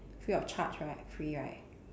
free of charge right free right